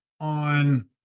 on